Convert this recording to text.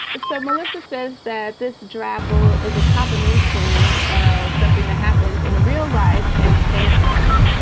so melissa says that this drabble is a combination of something that happens in real life and fantasy.